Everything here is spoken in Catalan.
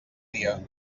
dia